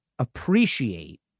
Appreciate